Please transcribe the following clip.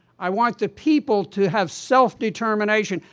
i want the people to have self-determination.